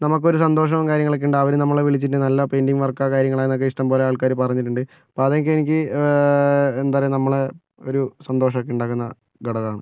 നമുക്ക് ഒരു സന്തോഷവും കാര്യങ്ങളൊക്കെ ഉണ്ടാകും അവർ നമ്മളെ വിളിച്ചിട്ട് നല്ല പെയിറ്റിംങ് വർക്കാണ് കാര്യങ്ങളൊക്കെ ഇഷ്ടം പോലെ ആൾക്കാർ പറഞ്ഞിട്ടുണ്ട് അപ്പം അതൊക്കെ എനിക്ക് എന്താ പറയുക നമ്മളുടെ ഒരു സന്തോഷമൊക്കെ ഉണ്ടാക്കുന്ന ഘടകമാണ്